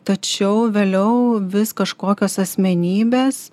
tačiau vėliau vis kažkokios asmenybės